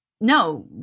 no